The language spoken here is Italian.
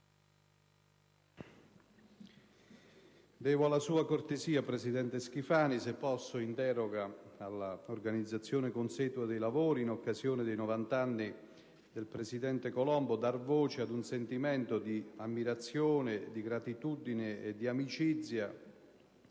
devo alla sua cortesia se posso, in deroga all'organizzazione consueta dei lavori e in occasione dei novant'anni del presidente Colombo, dar voce ad un sentimento di ammirazione, di gratitudine e di amicizia